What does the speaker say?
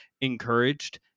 encouraged